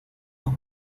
los